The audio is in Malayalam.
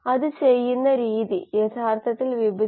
അതിനാൽ ഇത് മുഴുവൻ കാര്യങ്ങളുടെയും നിയന്ത്രണ സ്കീമാറ്റിക് ആണ്